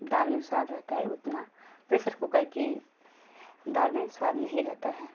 दाल में स्वाद रहता है उतना प्रेसर कुकर के दाल में स्वाद नहीं रहता है